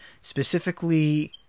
specifically